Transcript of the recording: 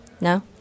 No